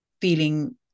feeling